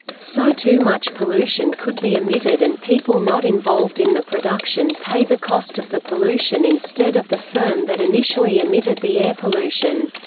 so too much pollution could be emitted and people not involved in the production pay the cost of the pollution instead of the firm that initially emitted the air pollution.